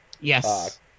Yes